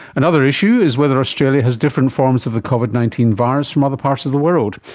another issue is whether australia has different forms of the covid nineteen virus from other parts of the world.